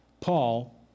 Paul